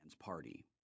party